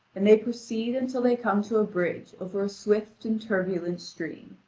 and they proceed until they come to a bridge over a swift and turbulent stream.